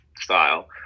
style